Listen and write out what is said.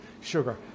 sugar